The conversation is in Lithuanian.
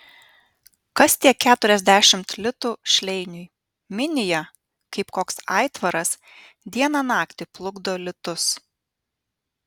kas tie keturiasdešimt litų šleiniui minija kaip koks aitvaras dieną naktį plukdo litus